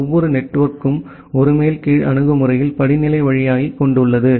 ஒவ்வொரு நெட்வொர்க்கும் ஒரு மேல் கீழ் அணுகுமுறையில் படிநிலை வழியைக் கொண்டுள்ளது